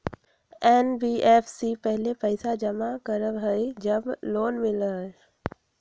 NBFC पहले पईसा जमा करवहई जब लोन मिलहई?